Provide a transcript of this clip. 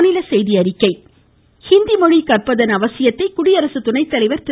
ஹிந்தி தினம் ஹிந்தி மொழி கற்பதன் அவசியத்தை குடியரசு துணை தலைவர் திரு